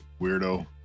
weirdo